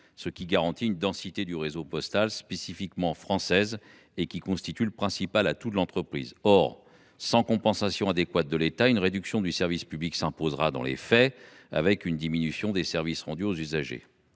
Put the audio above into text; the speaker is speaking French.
ce qui garantit la densité du réseau postal, qui est une spécificité française et constitue le principal atout de l’entreprise. Or, sans compensation suffisante de l’État, une réduction du service public s’imposera dans les faits, avec pour corollaire une diminution des services rendus aux usagers